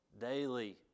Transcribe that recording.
daily